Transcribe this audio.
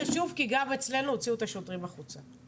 זה חשוב כי גם אצלנו הוציאו את השוטרים החוצה,